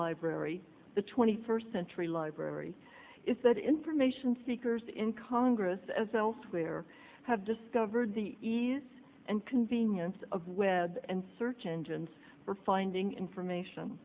library the twenty first century library is that information speakers in congress as elsewhere have discovered the ease and convenience of web and search engines for finding information